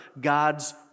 God's